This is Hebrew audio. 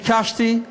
ביקשתי,